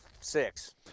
Six